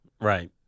right